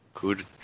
Good